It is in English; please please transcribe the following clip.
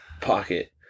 pocket